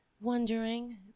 wondering